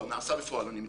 בפועל.